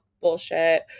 bullshit